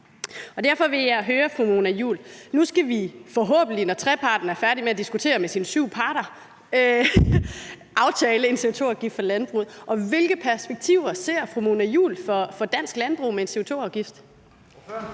Derfor vil jeg høre fru Mona Juul om noget. Nu skal vi forhåbentlig, når treparten er færdig med at diskutere med sine syv parter, aftale en CO2-afgift for landbruget. Og hvilke perspektiver ser fru Mona Juul for dansk landbrug med en CO2-afgift?